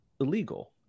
illegal